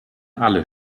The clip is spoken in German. alle